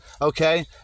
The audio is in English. okay